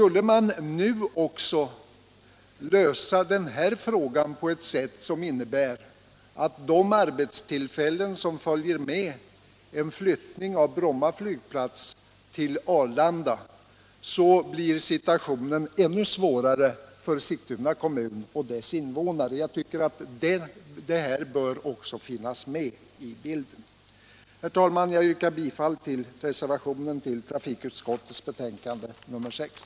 Om man nu skulle lösa även denna fråga på ett sätt som innebär att de arbetstillfällen som följer med en flyttning av verksamheten vid Bromma flygplats till Bibehållande av Bromma flygplats Bromma flygplats Arlanda inte blir av, så gör det situationen ännu svårare för Sigtuna kommun och dess invånare. Jag tycker att också detta bör tas med i bilden.